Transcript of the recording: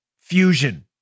Fusion